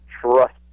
trust